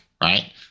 right